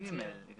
שהתצהיר